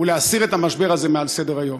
ולהסיר את המשבר הזה מסדר-היום.